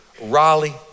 Raleigh